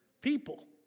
people